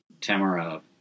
Tamara